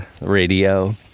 radio